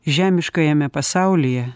žemiškajame pasaulyje